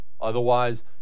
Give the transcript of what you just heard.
Otherwise